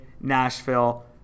Nashville